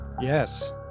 Yes